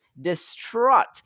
distraught